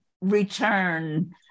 return